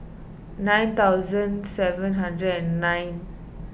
nine thousand seven hundred and nine